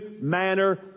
manner